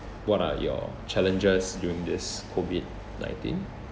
what are your challenges during this COVID nineteen